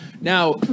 Now